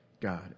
God